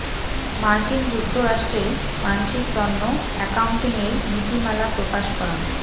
মার্কিন যুক্তরাষ্ট্রে মানসির তন্ন একাউন্টিঙের নীতিমালা প্রকাশ করাং